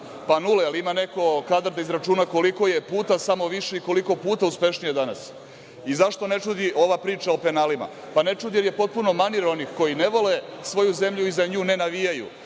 Nula. Jel ima neko kadar da izračuna kolikko je puta samo više i koliko puta uspešnije danas? Zašto ne čudi ova priča o penalima? Ne čudi jer je potpuno manir onih koji ne vole svoju zemlju i za nju ne navijaju